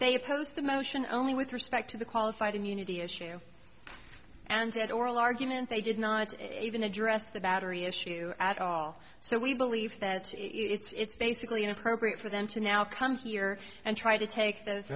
they opposed the motion only with respect to the qualified immunity issue and said oral argument they did not even address the battery issue at all so we believe that it's basically an appropriate for them to now come here and try to take those